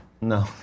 No